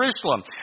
Jerusalem